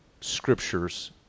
scriptures